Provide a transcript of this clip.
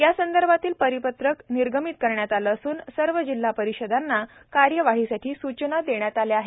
यासंदर्भातील परिपत्रक निर्गमित करण्यात आले असून सर्व जिल्हा परिषदांना कार्यवाहीसाठी सूचना देण्यात आल्या आहेत